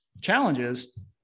challenges